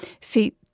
See